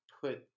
put